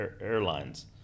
airlines